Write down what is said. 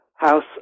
House